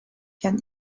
can